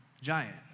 giant